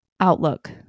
Outlook